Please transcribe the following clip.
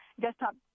desktop